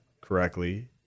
correctly